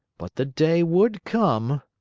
but the day would come